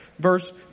Verse